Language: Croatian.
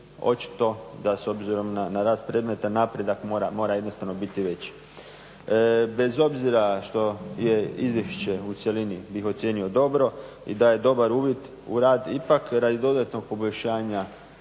očito da s obzirom na rast predmeta napredak mora jednostavno biti veći. Bez obzira što je izvješće u cjelini bio ocijenio dobro i da je dobar uvid u rad ipak radi dodatnog poboljšanja